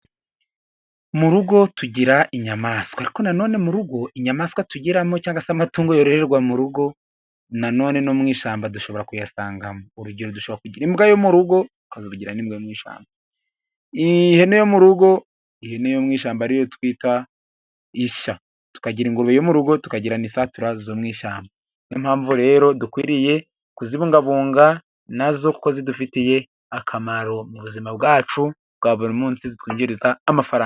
Mu rugo tugira inyamaswa. Ariko nanone mu rugo inyamaswa tugoramo cyangwa se amatungo yororwa mu rugo nanone mu ishyamba dushobora kuyasangamo urugero imbwa yo mu rugo, ihene yo mu rugo, ihene mu ishyamba iyo twita ishya, tukagira ingurube yo mu rugo, tukagira isatura zo mu ishyamba. Niyo mpamvu rero dukwiriye kuzibungabunga nazo kuko zidufitiye akamaro mu buzima bwacu bwa buri munsi.